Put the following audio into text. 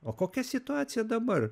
o kokia situacija dabar